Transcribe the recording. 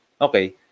okay